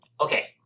okay